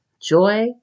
Joy